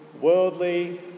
worldly